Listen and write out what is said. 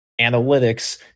analytics